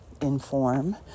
inform